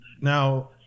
now